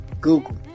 Google